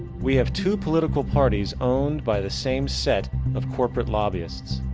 we have two political parties owned by the same set of corporate lobbyists.